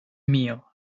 mío